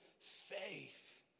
Faith